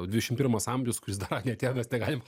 dvidešim pirmas amžius kuris dar neatėjo mes negalim